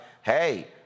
hey